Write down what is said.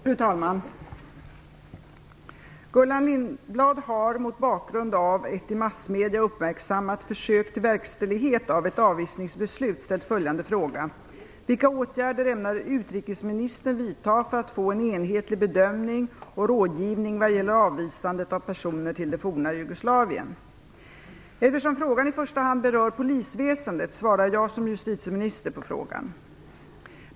Fru talman! Gullan Lindblad har mot bakgrund av ett i massmedierna uppmärksammat försök till verkställighet av ett avvisningsbeslut ställt följande fråga: Eftersom frågan i första hand berör polisväsendet svarar jag som justitieminister på frågan.